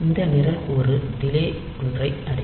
இந்த நிரல்கூறு டிலே ஒன்றை அழைக்கும்